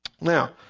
Now